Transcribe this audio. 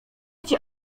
cię